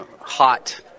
hot